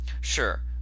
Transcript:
Sure